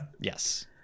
yes